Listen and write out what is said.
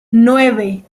nueve